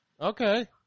Okay